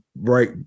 right